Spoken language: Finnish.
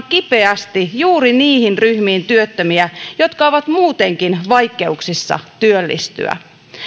kipeästi juuri niihin työttömien ryhmiin jotka ovat muutenkin vaikeuksissa työllistyä